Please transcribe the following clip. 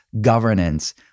governance